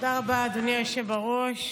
תודה רבה, אדוני היושב-ראש.